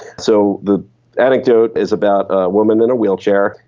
so the anecdote is about a woman in a wheelchair,